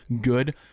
good